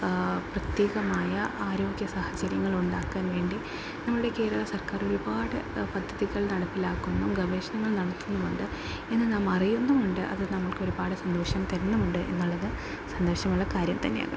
പ്രത്യേകമായ ആരോഗ്യ സാഹചര്യങ്ങൾ ഉണ്ടാക്കാൻ വേണ്ടി നമ്മളുടെ കേരള സർക്കാർ ഒരുപാട് പദ്ധതികൾ നടപ്പിലാക്കുന്നും ഗവേഷണങ്ങൾ നടക്കുന്നുമുണ്ട് എന്ന് നാം അറിയുന്നുമുണ്ട് അത് നമുക്കൊരുപാട് സന്തോഷം തരുന്നുമുണ്ട് എന്നുള്ളത് സന്തോഷമുള്ള കാര്യം തന്നെയാണ്